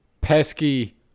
pesky